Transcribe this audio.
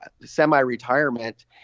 semi-retirement